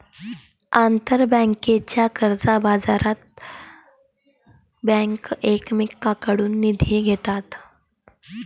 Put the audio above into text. आंतरबँकेच्या कर्जबाजारात बँका एकमेकांकडून निधी घेतात